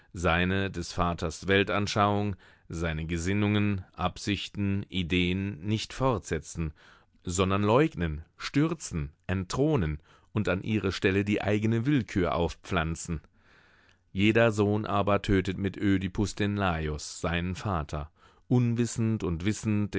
seine des vaters weltanschauung seine gesinnungen absichten ideen nicht fortsetzen sondern leugnen stürzen entthronen und an ihre stelle die eigene willkür aufpflanzen jeder sohn aber tötet mit ödipus den laos seinen vater unwissend und wissend